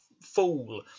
fool